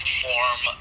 form